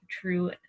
true